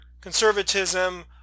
conservatism